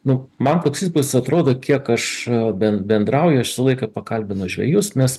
nu man toks įspūdis atrodo kiek aš bendrauju aš visą laiką pakalbinu žvejus nes